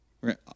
Right